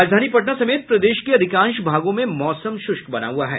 राजधानी पटना समेत प्रदेश के अधिकांश भागों में मौसम शुष्क बना हुआ है